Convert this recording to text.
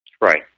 Right